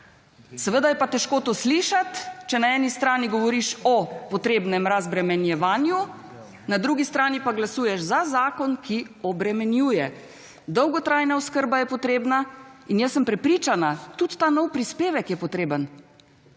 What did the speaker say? Seveda je težko to slišati, če na eni strani govoriš o potrebnem razbremenjevanju na drugi strani pa glasuješ za zakon, ki obremenjuje. Dolgotrajna oskrba je potrebna in jaz sem prepričana tudi ta novi prispevek je potreben